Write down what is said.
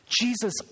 Jesus